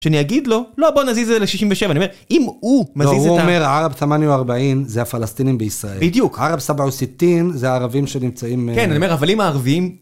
שאני אגיד לו, לא בוא נזיז את זה ל-67, אני אומר, אם הוא מזיז את ה... - לא, הוא אומר, "עראב תמאנייה וארבעין" (בערבית) - זה הפלסטינים בישראל. בדיוק. -"עארב סבעה וסיתין" (בערבית) זה הערבים שנמצאים... כן, אני אומר, אבל אם הערבים...